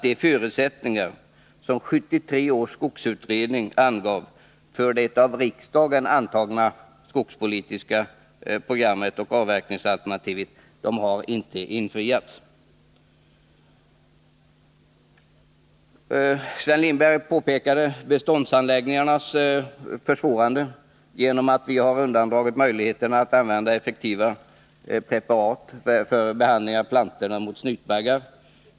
De förutsättningar som 1973 års skogsutredning gav för det av riksdagen antagna skogspolitiska programmet och avverkningsalternativet har inte förverkligats. Sven Lindberg påpekade för det första de svårigheter när det gäller beståndsanläggningarna som har uppstått till följd av att vi har undandragit möjligheterna att använda effektiva preparat för behandlingen av plantor mot snytbaggar.